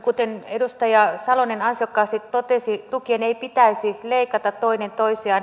kuten edustaja salonen ansiokkaasti totesi tukien ei pitäisi leikata toinen toisiaan